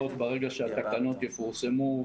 ברביבאי שלא יתנו לתקשורת להתעלם לאורך כל